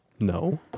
no